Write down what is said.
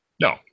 No